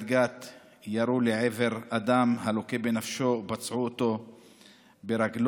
גת ירו לעבר אדם הלוקה בנפשו ופצעו אותו ברגלו,